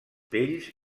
pells